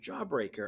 jawbreaker